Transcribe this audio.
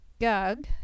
Gug